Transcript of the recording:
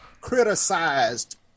criticized